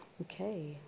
Okay